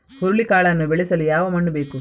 ಹುರುಳಿಕಾಳನ್ನು ಬೆಳೆಸಲು ಯಾವ ಮಣ್ಣು ಬೇಕು?